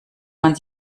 man